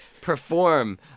perform